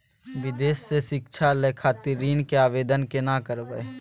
विदेश से शिक्षा लय खातिर ऋण के आवदेन केना करबे?